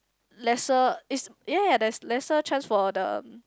lesser is yea yea there is lesser chance for the